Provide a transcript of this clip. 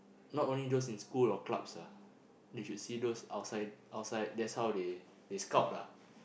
not only those in schools or clubs they should see those outside outside that's how they they scout